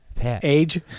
Age